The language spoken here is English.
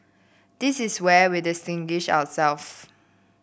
this is where we distinguish ourselves